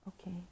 okay